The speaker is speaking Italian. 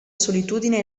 solitudine